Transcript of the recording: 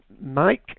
Mike